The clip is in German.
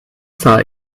sah